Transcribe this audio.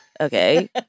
Okay